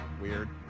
Weird